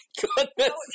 goodness